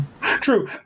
true